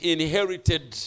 inherited